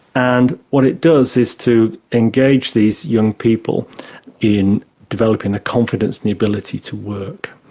and what it does is to engage these young people in developing the confidence and the ability to work.